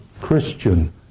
Christian